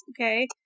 okay